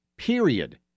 Period